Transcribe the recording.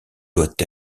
doit